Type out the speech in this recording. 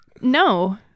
No